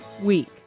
week